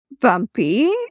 bumpy